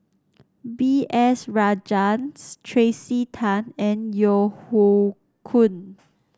B S Rajhans Tracey Tan and Yeo Hoe Koon